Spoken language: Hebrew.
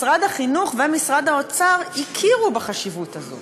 משרד החינוך ומשרד האוצר הכירו בחשיבות הזו